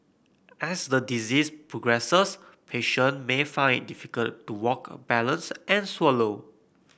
as the disease progresses patient may find it difficult to walk balance and swallow